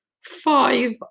five